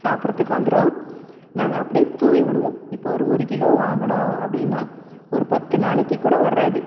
சாப்பிட்றதுக்கு வந்துடும் நாங்கள் அப்படியே தூவி விடுவோம் இப்போ ஒரு ஒரு கிலோ வாங்கினோம் அப்படினா ஒரு பத்து நாளைக்கு கூட வராது